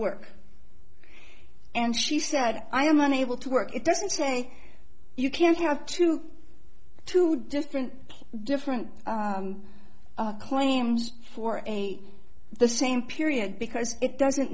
work and she said i am unable to work it doesn't say you can't have to two different different claims for the same period because it doesn't